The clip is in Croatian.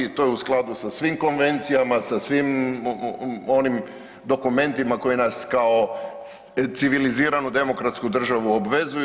To je u skladu sa svim konvencijama, sa svim onim dokumentima koji nas kao civiliziranu demokratsku državu obvezuje.